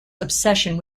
obsession